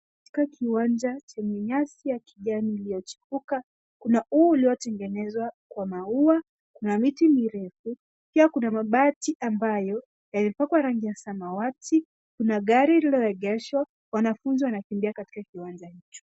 Katika kiwanja chenye nyasi ya kijani iliyochipuka, kuna ua uliotengenezwa kwa maua, kuna miti mirefu, pia kuna mabati ambayo yamepakwa rangi ya samawati, kuna gari lililoegeshwa, wanafunzi wanaokimbia katika kiwanja hicho.